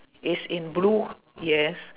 it's in blue yes